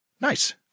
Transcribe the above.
Nice